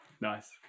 nice